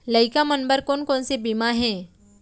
लइका मन बर कोन कोन से बीमा हे?